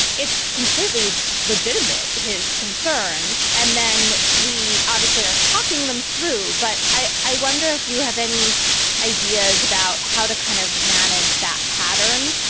it's completely legitimate, his concerns. and then we obviously are talking them through. but i i wonder if you have any ideas about how to kind of manage that pattern,